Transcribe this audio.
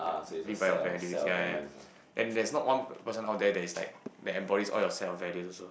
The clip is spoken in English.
live by your values ya ya and there's not one person out there that is like that embodies all your set of values also